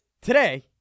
today